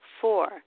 Four